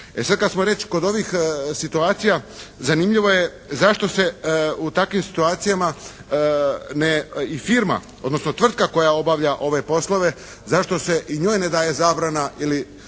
E sad kad smo već kod ovih situacija zanimljivo je zašto se u takvim situacijama ne, i firma odnosno tvrtka koja obavlja ove poslove zašto se i njoj ne daje zabrana ili